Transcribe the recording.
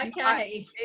Okay